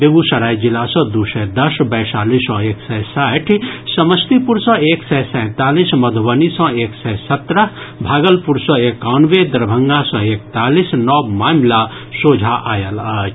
बेगूसराय जिला सँ दू सय दस वैशाली सँ एक सय साठि समस्तीपुर सँ एक सय सैंतालीस मधुबनी सँ एक सय सत्रह भागलपुर सँ एकानवे दरभंगा सँ एकतालीस नव मामिला सोझा आयल अछि